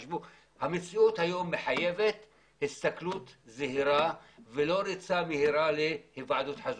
המציאות היום מחייבת הסתכלות זהירה ולא ריצה מהירה להיוועדות חזותית.